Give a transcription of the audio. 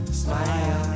smile